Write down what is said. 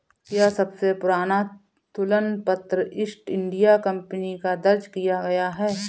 क्या सबसे पुराना तुलन पत्र ईस्ट इंडिया कंपनी का दर्ज किया गया है?